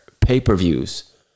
pay-per-views